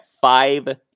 five